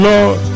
Lord